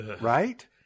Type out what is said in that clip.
right